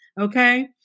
Okay